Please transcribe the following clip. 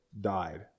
died